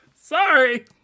Sorry